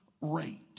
rate